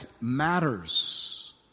matters